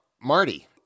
Marty